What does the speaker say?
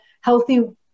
healthy